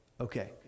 Okay